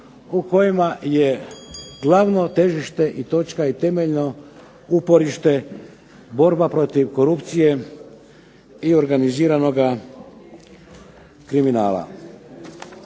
u kojima je glavno težište i točka i temeljno uporište borba protiv korupcije i organiziranoga kriminala.